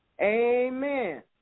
amen